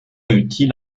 utile